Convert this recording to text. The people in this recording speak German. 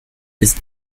ist